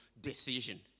decision